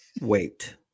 wait